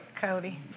Cody